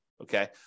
Okay